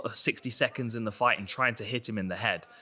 ah sixty seconds in the fight and trying to hit him in the head.